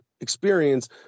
experience